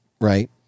right